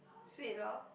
sweet lor